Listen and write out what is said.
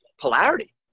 polarity